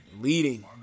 leading